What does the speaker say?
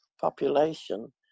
population